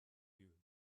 you